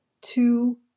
two